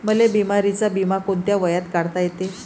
मले बिमारीचा बिमा कोंत्या वयात काढता येते?